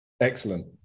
excellent